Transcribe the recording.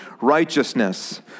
righteousness